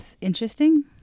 Interesting